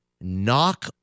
knock